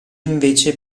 invece